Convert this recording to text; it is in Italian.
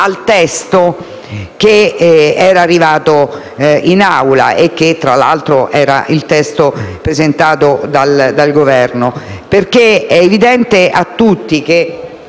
al testo che era arrivato in Aula e che tra l'altro era stato presentato dal Governo. È evidente a tutti che